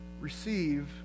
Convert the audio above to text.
Receive